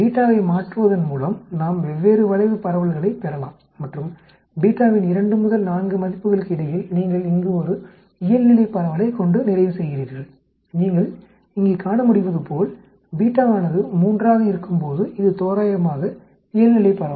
வை மாற்றுவதன்மூலம் நாம் வெவ்வேறு வளைவு பரவல்களைப் பெறலாம் மற்றும் வின் 2 முதல் 4 மதிப்புகளுக்கு இடையில் நீங்கள் இங்கு ஒரு இயல்நிலை பரவலைக் கொண்டு நிறைவு செய்கிறீர்கள் நீங்கள் இங்கே காணமுடிவதுபோல் ஆனது 3 ஆக இருக்கும்போது இது தோராயமாக இயல்நிலைப் பரவலாகும்